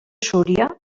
súria